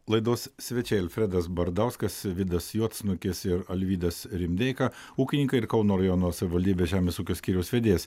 laidos svečiai alfredas bardauskas vidas juodsnukis ir alvydas rimdeika ūkininkai ir kauno rajono savivaldybės žemės ūkio skyriaus vedėjas